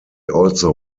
also